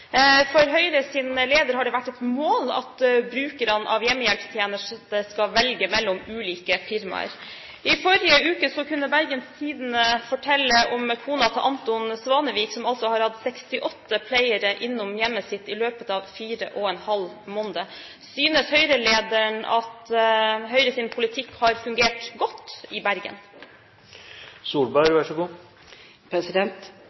har Høyre styrt i flere år, og man har hatt alle muligheter til å organisere eldreomsorgen akkurat sånn som man ønsker. For Høyres leder har det vært et mål at brukerne av hjemmehjelpstjenester skal kunne velge mellom ulike firmaer. I forrige uke kunne Bergens Tidende fortelle om kona til Anton Svanevik, som har hatt 68 pleiere innom hjemmet sitt i løpet av fire og en halv måned. Synes